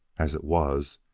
as it was,